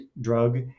drug